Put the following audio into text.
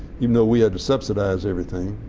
even though we had to subsidize everything,